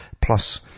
plus